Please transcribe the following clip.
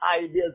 ideas